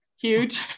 huge